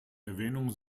erwähnungen